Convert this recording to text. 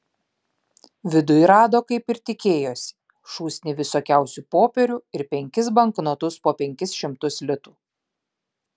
viduj rado kaip ir tikėjosi šūsnį visokiausių popierių ir penkis banknotus po penkis šimtus litų